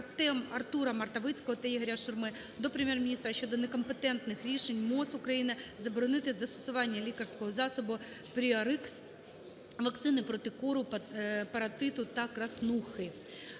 системи. АртураМартовицького та Ігоря Шурми до Прем'єр-міністра щодо некомпетентних рішень МОЗ України заборонити застосування лікарського засобу "Пріорикс" - вакцини проти кору, паротиту та краснухи.